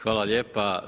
Hvala lijepa.